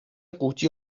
قوطی